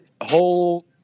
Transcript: Whole